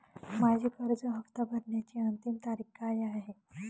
माझी कर्ज हफ्ता भरण्याची अंतिम तारीख काय आहे?